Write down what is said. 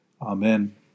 Amen